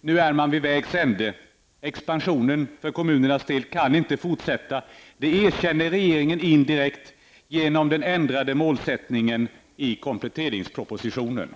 Nu är man vid vägs ände. Expansionen för kommunernas del kan inte fortsätta. Det erkänner regeringen indirekt genom den ändrade målsättningen i kompletteringspropositionen.